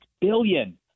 billion